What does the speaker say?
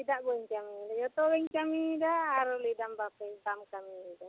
ᱪᱮᱫᱟᱜ ᱵᱟᱹᱧ ᱠᱟᱢᱤᱭᱮᱫᱟ ᱡᱚᱛᱚ ᱜᱮᱧ ᱠᱟᱹᱢᱤ ᱭᱮᱫᱟ ᱟᱨᱚ ᱞᱟᱹᱭᱮᱫᱟ ᱵᱟᱯᱮ ᱵᱟᱢ ᱠᱟᱹᱢᱤᱭᱮᱫᱟ